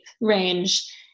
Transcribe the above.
range